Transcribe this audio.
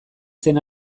zen